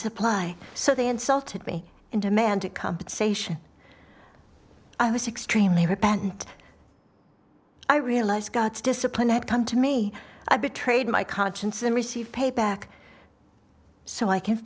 supply so they insulted me in demanded compensation i was extremely repentant i realize god's discipline had come to me i betrayed my conscience and received payback so i c